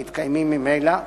המתקיימים ממילא,